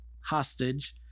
hostage